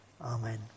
Amen